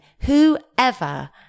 Whoever